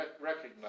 recognize